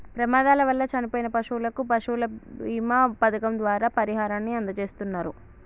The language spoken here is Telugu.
ప్రమాదాల వల్ల చనిపోయిన పశువులకు పశువుల బీమా పథకం ద్వారా పరిహారాన్ని అందజేస్తున్నరు